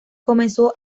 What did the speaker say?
comenzó